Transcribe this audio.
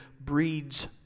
breeds